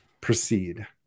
proceed